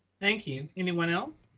thank you, anyone else?